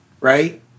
right